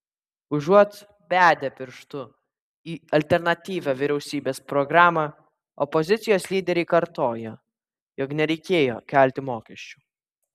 užuot bedę pirštu į alternatyvią vyriausybės programą opozicijos lyderiai kartoja jog nereikėjo kelti mokesčių